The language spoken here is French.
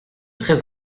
très